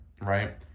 right